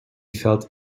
felt